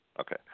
Okay